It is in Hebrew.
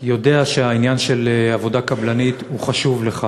בעניין הרפורמות בתכנון ובבנייה אני רוצה לשאול אותך,